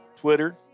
Twitter